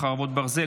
חרבות ברזל),